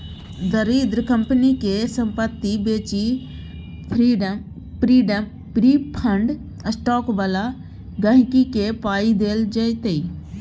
दरिद्र कंपनी केर संपत्ति बेचि प्रिफर्ड स्टॉक बला गांहिकी केँ पाइ देल जेतै